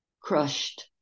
crushed